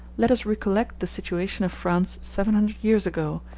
let us recollect the situation of france seven hundred years ago,